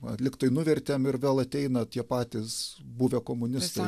lygtai nuvertėm ir vėl ateina tie patys buvę komunistai